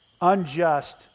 unjust